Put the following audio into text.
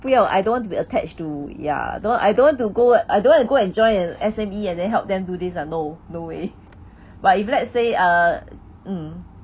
不要 I don't want to be attached to ya don't I don't want to go I don't want to go and join an S_M_E and then help them do this ah no no way but if let's say uh mm